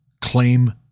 claim